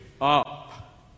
up